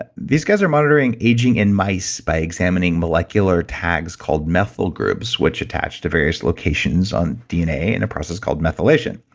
but these guys are monitoring aging in mice by examining molecular tags called methyl groups, which attach to various locations on dna in a process called methylation,